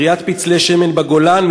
כריית פצלי שמן בגולן,